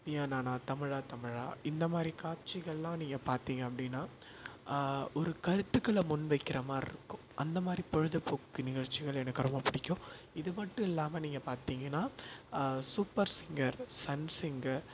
நீயா நானா தமிழா தமிழா இந்த மாதிரி காட்சிகளெலாம் நீங்கள் பார்த்தீங்க அப்படின்னா ஒரு கருத்துக்களை முன் வைக்கிற மாதிரிருக்கும் அந்த மாதிரி பொழுதுபோக்கு நிகழ்ச்சிகள் எனக்கு ரொம்ப பிடிக்கும் இது மட்டும் இல்லாமல் நீங்கள் பார்த்தீங்கன்னா சூப்பர் சிங்கர் சன் சிங்கர்